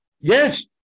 Yes